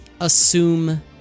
assume